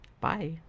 Bye